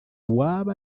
uwaba